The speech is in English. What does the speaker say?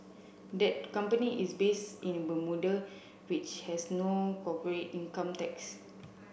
that company is base in the Bermuda which has no corporate income tax